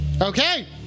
Okay